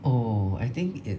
oh I think it